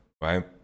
right